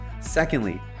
Secondly